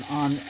on